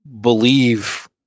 believe